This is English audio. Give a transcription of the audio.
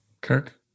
Kirk